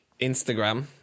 Instagram